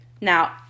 Now